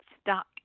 stuck